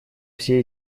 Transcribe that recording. все